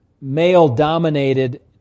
Male-dominated